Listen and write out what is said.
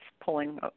pulling